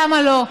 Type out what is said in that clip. למה לא?